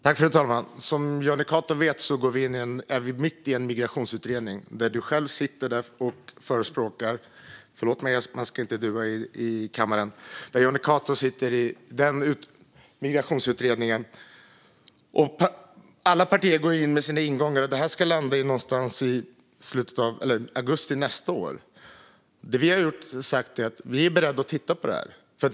Fru talman! Som Jonny Cato vet är vi mitt i en migrationsutredning, och Jonny Cato sitter i den utredningen. Alla partier går in med sina ingångar. Det ska landa någonstans i augusti nästa år. Det vi har sagt är att vi är beredda att titta på det här.